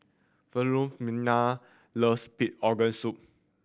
Philomena loves pig organ soup